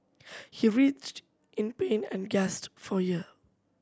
he writhed in pain and guest for ear